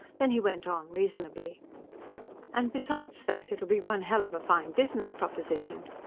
then he went on reasonably and besides that, it'll be one hell of a fine business proposition.